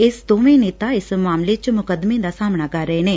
ਇਹ ਦੋਵੇਂ ਨੇਤਾ ਇਸ ਮਾਮਲੇ ਚ ਮੁਕਦਮੇ ਦਾ ਸਾਹਮਣਾ ਕਰ ਰਹੇ ਨੇ